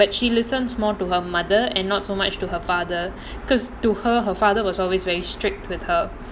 but she listens more to her mother and not so much to her father because to her her father was always very strict with her